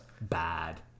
bad